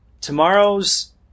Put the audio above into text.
Tomorrow's